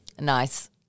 nice